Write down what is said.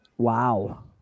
Wow